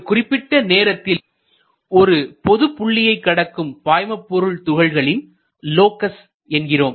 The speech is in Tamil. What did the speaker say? ஒரு குறிப்பிட்ட நேரத்தில் ஒரு பொது புள்ளியைக் கடக்கும் பாய்மபொருள் துகள்களின் லோக்கஸ் என்கிறோம்